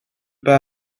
pas